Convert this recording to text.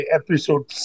episode